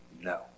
No